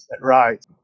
Right